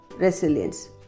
resilience